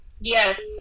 Yes